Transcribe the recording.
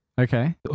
okay